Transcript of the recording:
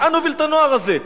לאן נוביל את הנוער הזה?